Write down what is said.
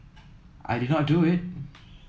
I did not do it